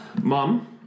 Mom